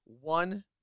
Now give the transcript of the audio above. one